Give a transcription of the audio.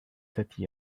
thirty